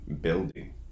building